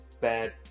bad